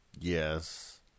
Yes